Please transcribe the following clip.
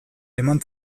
eman